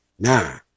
Now